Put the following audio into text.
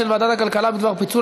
ותוקפת את הכוונה של משרד